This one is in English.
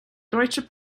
deutsche